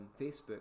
Facebook